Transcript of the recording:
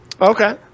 okay